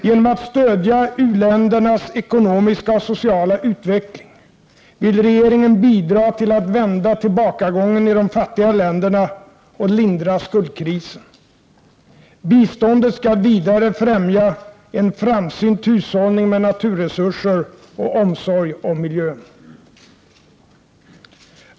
Genom att stödja u-ländernas ekonomiska och sociala utveckling vill regeringen bidra till att vända tillbakagången i de fattiga länderna och lindra skuldkrisen. Biståndet skall vidare främja en framsynt hushållning med naturresurser och omsorg om miljön.